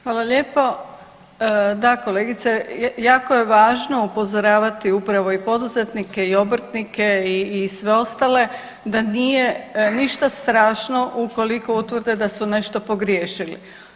Hvala lijepo, da kolegice jako je važno upozoravati upravo i poduzetnike i obrtnike i sve ostale da nije ništa strašno ukoliko utvrde su nešto pogriješili.